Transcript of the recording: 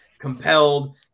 compelled